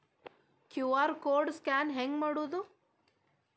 QR code scan ಹೆಂಗ್ ಮಾಡೋದು?